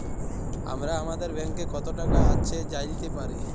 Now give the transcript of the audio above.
আমরা আমাদের ব্যাংকে কত টাকা আছে জাইলতে পারি